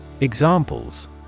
Examples